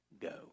go